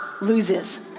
loses